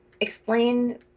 explain